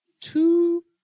two